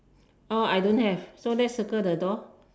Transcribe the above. orh I don't have so let's circle the door